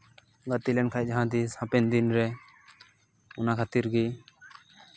ᱜᱟᱛᱮ ᱞᱮᱱᱠᱷᱟᱱ ᱡᱟᱦᱟᱸᱛᱤᱥ ᱦᱟᱯᱮᱱ ᱫᱤᱱ ᱨᱮ ᱚᱱᱟ ᱠᱷᱟᱹᱛᱤᱨ ᱜᱮ